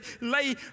lay